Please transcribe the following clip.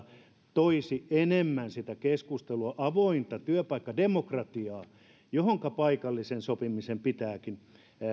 toisi enemmän sitä keskustelua ja avointa työpaikkademokratiaa johonka paikallisen sopimisen pitääkin